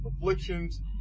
afflictions